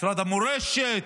משרד המורשת,